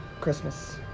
Christmas